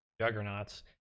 juggernauts